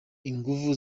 inguvu